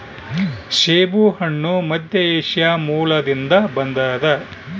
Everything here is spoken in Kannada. ಸೇಬುಹಣ್ಣು ಮಧ್ಯಏಷ್ಯಾ ಮೂಲದಿಂದ ಬಂದದ